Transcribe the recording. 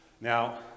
Now